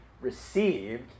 received